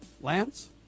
Lance